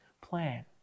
plan